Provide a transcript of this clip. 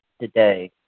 today